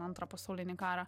antrą pasaulinį karą